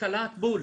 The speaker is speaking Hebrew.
קלעת בול.